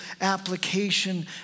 application